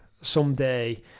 Someday